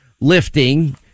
lifting